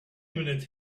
minute